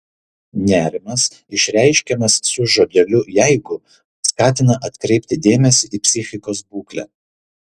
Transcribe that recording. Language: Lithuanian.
nerimas išreiškiamas su žodeliu jeigu skatina atkreipti dėmesį į psichikos būklę